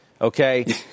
Okay